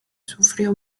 sufrió